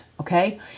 Okay